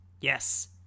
Yes